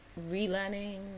relearning